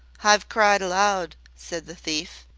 i've cried aloud, said the thief,